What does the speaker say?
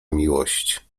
miłość